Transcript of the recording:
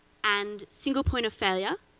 and single point of failure,